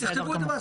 תכתבו את זה.